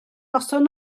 noson